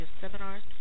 seminars